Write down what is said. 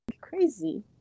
Crazy